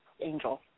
angel